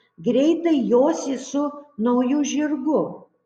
greitai josi su nauju žirgu